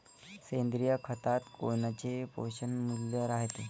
सेंद्रिय खतात कोनचे पोषनमूल्य रायते?